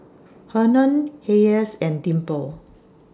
Hernan Hayes and Dimple